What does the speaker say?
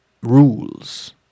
rules